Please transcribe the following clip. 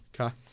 okay